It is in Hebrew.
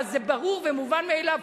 אבל זה ברור ומובן מאליו,